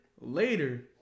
later